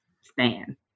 stand